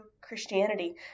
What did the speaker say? christianity